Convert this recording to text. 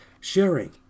sharing